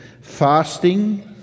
fasting